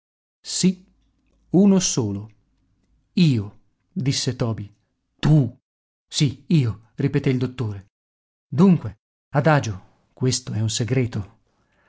uno solo io disse toby tu sì io ripeté il dottore dunque adagio questo è un segreto